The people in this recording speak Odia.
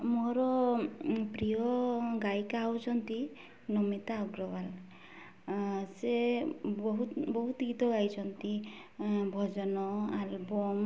ମୋର ପ୍ରିୟ ଗାୟିକା ହେଉଛନ୍ତି ନମିତା ଅଗ୍ରୱାଲ ସେ ବହୁତ ବହୁତ ଗୀତ ଗାଇଛନ୍ତି ଭଜନ ଆଲବମ୍